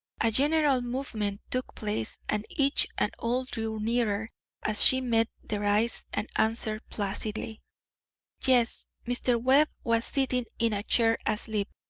a general movement took place and each and all drew nearer as she met their eyes and answered placidly yes mr. webb was sitting in a chair asleep.